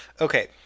Okay